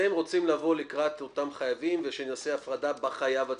אתם רוצים לבוא לקראת אותם חייבים ושנעשה הפרדה בחייב עצמו.